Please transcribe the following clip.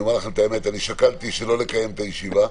האמת שקלתי שלא לקיים את הישיבה.